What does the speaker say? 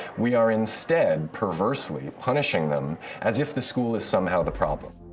we are instead perversely punishing them as if the school is somehow the problem.